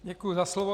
Děkuji za slovo.